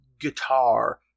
guitar